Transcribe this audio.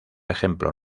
ejemplo